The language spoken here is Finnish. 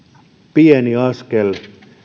pieni askel